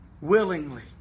Willingly